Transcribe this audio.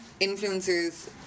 influencers